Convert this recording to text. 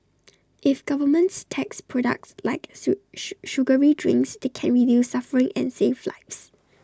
if governments tax products like sue sugary drinks they can reduce suffering and save lives